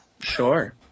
Sure